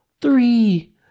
three